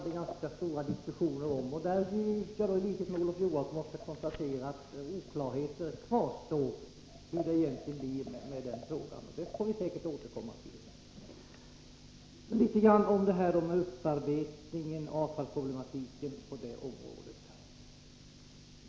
Där måste jag i likhet med Olof Johansson konstatera att oklarheter kvarstår. Men den frågan får vi säkert tillfälle att återkomma till. Så några ord om problematiken i fråga om upparbetning.